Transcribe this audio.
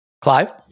Clive